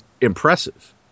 impressive